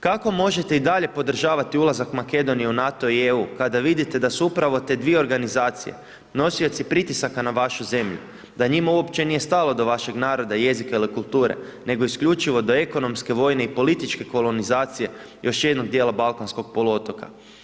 Kako možete i dalje podržavati ulazak Makedonije u NATO i EU kada vidite da su upravo te dvije organizacije nosioci pritisaka na vašu zemlju, da njima uopće nije stalo do vašeg naroda, jezika ili kulture nego isključivo do ekonomske, vojne i političke kolonizacije, još jednog dijela balkanskog poluotoka.